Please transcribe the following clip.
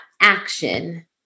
action